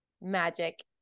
magic